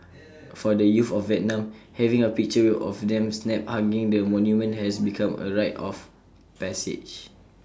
for the youth of Vietnam having A picture of them snapped hugging the monument has become A rite of passage